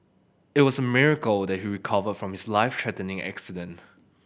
it was a miracle that he recovered from his life threatening accident